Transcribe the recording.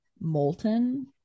molten